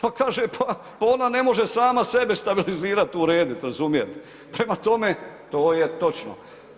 Pa kaže pa, pa ona ne može sama sebe stabilizirat, uredit, razumijete, prema tome to je točno.